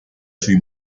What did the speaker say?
sui